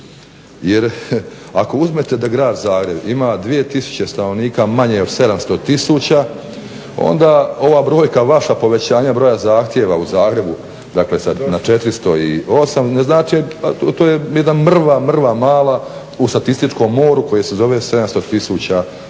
Jer ako uzmete da Grad Zagreb ima 2000 stanovnika manje od 700 tisuća onda ova brojka vaša povećanja broja zahtjeva u Zagrebu dakle na 408 ne znači, to je jedna mrva, mrva mala u statističkom moru koje se zove 700 tisuća